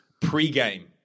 pre-game